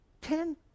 Ten